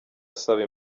asaba